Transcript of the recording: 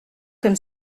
comme